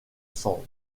sand